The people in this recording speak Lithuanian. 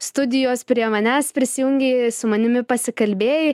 studijos prie manęs prisijungei su manimi pasikalbėjai